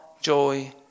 joy